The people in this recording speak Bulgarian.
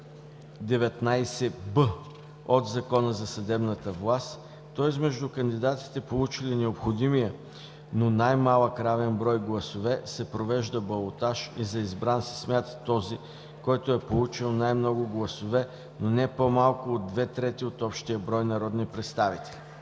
19б от Закона за съдебната власт, то измежду кандидатите, получили необходимия, но най-малък равен брой гласове, се провежда балотаж и за избран се смята този, който е получил най-много гласове, но не по-малко от две трети от общия брой народни представители.